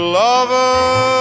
lover